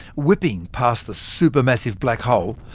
whipping past the supermassive black hole,